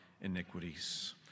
iniquities